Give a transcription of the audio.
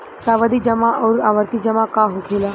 सावधि जमा आउर आवर्ती जमा का होखेला?